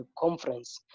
conference